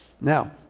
Now